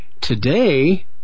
Today